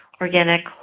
organic